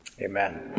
Amen